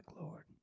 Lord